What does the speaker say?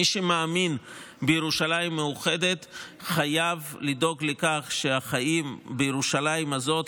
מי שמאמין בירושלים מאוחדת חייב לדאוג לכך שהחיים בירושלים הזאת,